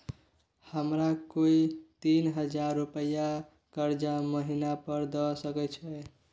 हमरा कोय तीन हजार रुपिया कर्जा महिना पर द सके छै?